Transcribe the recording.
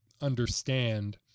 understand